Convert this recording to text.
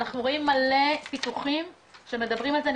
אנחנו רואים מלא פיתוחים שמדברים על זה.